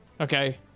Okay